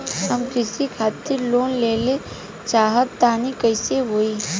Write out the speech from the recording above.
हम कृषि खातिर लोन लेवल चाहऽ तनि कइसे होई?